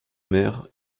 mère